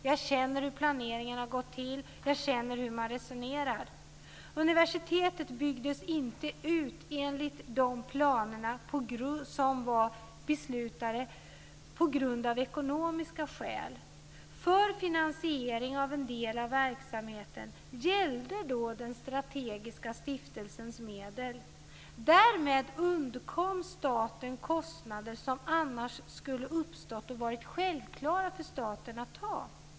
Jag känner till hur planeringen har gått till. Jag känner till hur man resonerar. Universitetet byggdes av ekonomiska skäl inte ut enligt de planer som var beslutade. För finansiering av en del av verksamheten gällde då den strategiska stiftelsens medel. Därmed undkom staten kostnader som annars skulle ha uppstått och varit självklara för staten att ta hand om.